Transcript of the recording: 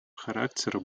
характера